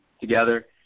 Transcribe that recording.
together